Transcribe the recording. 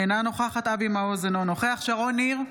אינה נוכחת אבי מעוז, אינו נוכח שרון ניר,